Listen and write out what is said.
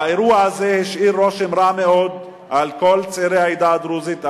האירוע הזה השאיר רושם רע מאוד על כל צעירי העדה הדרוזית,